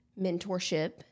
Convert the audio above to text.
mentorship